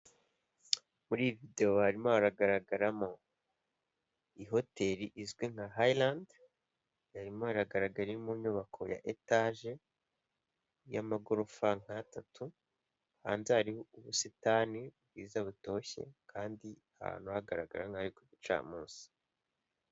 Igikorwaremezo cy'umuhanda w'abanyamaguru ndetse w'ibinyabiziga, aho ibinyabiziga hari kugenderwaho n'ibinyabiziga mu bwoko bwa moto eshatu, ebyiri zitwawe n'abayobozi bazo ndetse bafite abagenzi batwaye, ndetse n'indi imwe idafite umugenzi utwaye ahubwo itwawe n'umuyobozi wayo gusa.